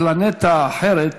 "הפלנטה האחרת",